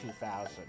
2000